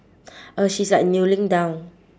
uh she's like kneeling down